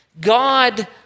God